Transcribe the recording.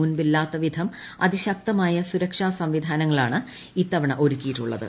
മുൻപില്ലാത്ത വിധം അതിശക്തമായ സുരക്ഷാ സംവിധാനങ്ങളാണ് ഇത്തവണ ഒരുക്കിയിരിക്കുന്നത്